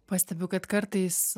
pastebiu kad kartais